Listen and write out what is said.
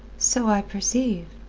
so i perceive.